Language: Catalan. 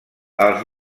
els